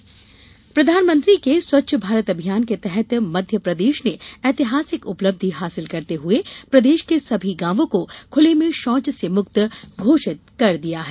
स्वच्छता अभियान प्रधानमंत्री के स्वच्छ भारत अभियान के तहत मध्यप्रदेश ने ऐतिहासिक उपलब्धि हासिल करते हुए प्रदेश के सभी गांवों को खुले में शौच से मुक्त घोषित कर दिया है